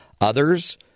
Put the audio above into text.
others